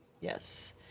yes